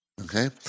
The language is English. Okay